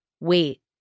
wait